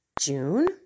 June